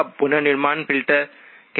अब पुनर्निर्माण फिल्टर कहता है